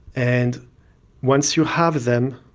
and once you have them,